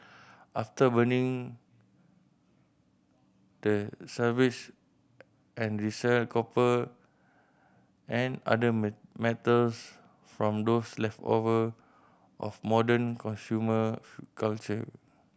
after burning they service and resell copper and other metals from those leftover of modern consumer culture